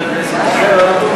אז מה קרה, אדוני סגן השר מיקי